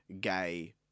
gay